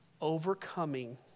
overcoming